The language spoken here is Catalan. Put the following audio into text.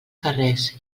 carrers